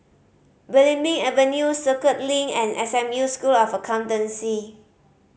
Belimbing Avenue Circuit Link and S M U School of Accountancy